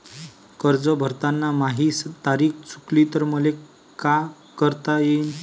कर्ज भरताना माही तारीख चुकली तर मले का करता येईन?